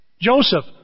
Joseph